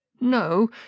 No